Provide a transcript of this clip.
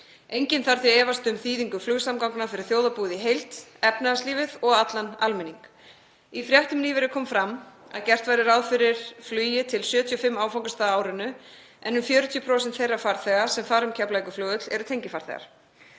Enginn þarf því að efast um þýðingu flugsamgangna fyrir þjóðarbúið í heild, efnahagslífið og allan almenning. Í fréttum nýverið kom fram að gert væri ráð fyrir flugi til 75 áfangastaða á árinu en um 40% þeirra farþega sem fara um Keflavíkurflugvöll eru tengifarþegar.